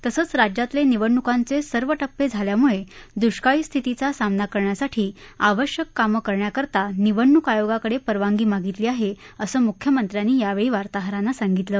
तसंच राज्यातले निवडणुकांचे सर्व टप्पे झाल्यामुळे दुष्काळी स्थितीचा सामना करण्यासाठी आवश्यक कामं करण्याकरिता निवडणूक आयोगाकडे परवानगी मागितली आहे असं मुख्यमंत्र्यांनी यावेळी वार्ताहरांना सांगितलं